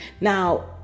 Now